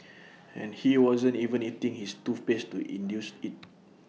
and he wasn't even eating his toothpaste to induce IT